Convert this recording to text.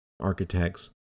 architects